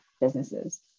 businesses